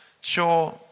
Sure